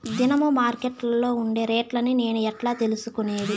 దినము మార్కెట్లో ఉండే రేట్లని నేను ఎట్లా తెలుసుకునేది?